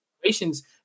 situations